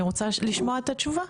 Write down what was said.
אני רוצה לשמוע את התשובה.